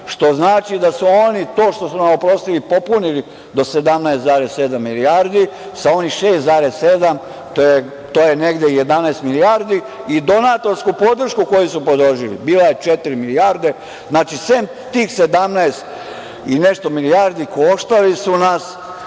što znači da su oni to što su nam oprostili popunili do 17,7 milijardi. Sa onih 6,7 to je negde 11 milijardi i donatorsku podršku koju su potrošili, bila je četiri milijarde. Sem tih 17 i nešto milijardi, koštali su nas